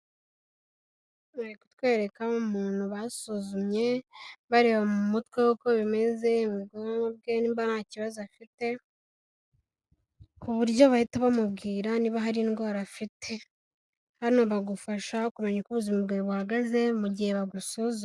Bari kutwereka umuntu basuzumye, bareba mu mutwe we uko bimeze. Mu bwonko bwe nimba nta kibazo afite, ku buryo bahita bamubwira niba hari indwara afite. Hano bagufasha kumenya uko ubuzima bwawe buhagaze mu gihe bagusuza.